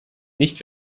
nicht